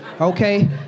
Okay